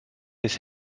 his